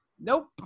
nope